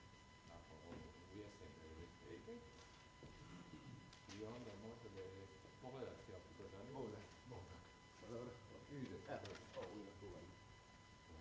Hvala